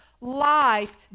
life